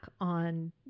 on